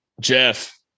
Jeff